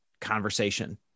conversation